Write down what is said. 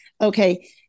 Okay